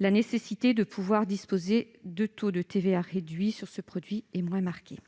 la nécessité de disposer de la TVA à taux réduit sur ce produit est moins marquée.